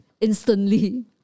instantly